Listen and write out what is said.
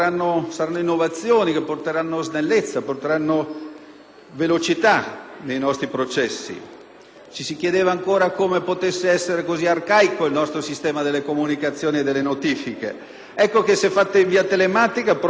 velocità nei nostri processi. Ci si chiedeva ancora come potesse essere così arcaico il nostro sistema delle comunicazioni e delle notifiche: se fatte in via telematica probabilmente determineranno una velocizzazione di tutti i procedimenti.